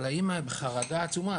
אבל האמא בחרדה עצומה.